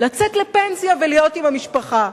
ולהיות עם המשפחה.